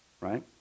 Right